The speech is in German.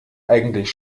eigentlich